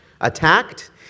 attacked